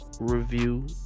Review